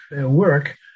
work